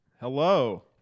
Hello